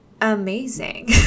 amazing